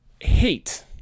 hate